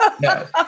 no